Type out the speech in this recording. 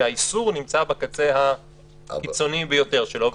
שהאיסור נמצא בקצה הקיצוני ביותר שלו,